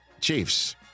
Chiefs